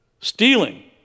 Stealing